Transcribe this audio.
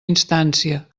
instància